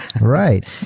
right